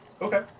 Okay